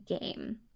game